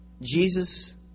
Jesus